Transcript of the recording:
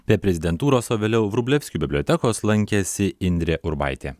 prie prezidentūros o vėliau vrublevskių bibliotekos lankėsi indrė urbaitė